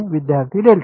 विद्यार्थी डेल्टा